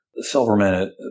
Silverman